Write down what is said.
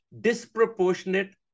disproportionate